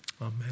Amen